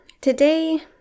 today